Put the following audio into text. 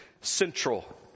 central